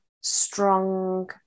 strong